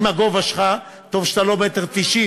עם הגובה שלך, טוב שאתה לא 1.90 מטר.